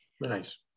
nice